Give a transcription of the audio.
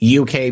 UK